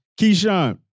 Keyshawn